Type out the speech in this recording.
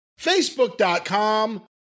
Facebook.com